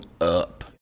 up